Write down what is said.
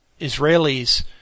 Israelis